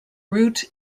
route